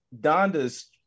Donda's